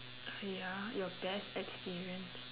ya your best experience